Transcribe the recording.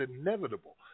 inevitable